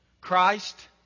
Christ